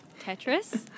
Tetris